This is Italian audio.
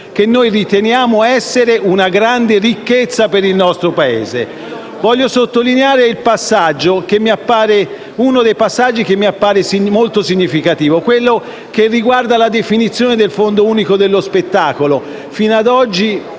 che noi riteniamo essere una grande ricchezza per il nostro Paese. Voglio sottolineare uno dei passaggi che mi appare più significativo: quello che riguarda la definizione del Fondo unico per lo spettacolo.